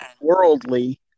worldly